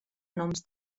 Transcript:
noms